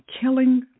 Killing